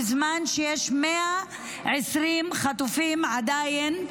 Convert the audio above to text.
בזמן שיש 120 חטופים, עדיין,